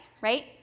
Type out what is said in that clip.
right